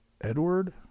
Edward